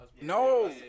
No